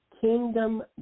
kingdom